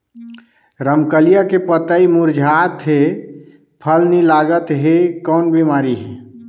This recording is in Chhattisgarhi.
रमकलिया के पतई मुरझात हे फल नी लागत हे कौन बिमारी हे?